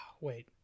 Wait